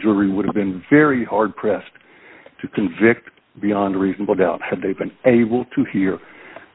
jury would have been very hard pressed to convict beyond reasonable doubt had they been able to hear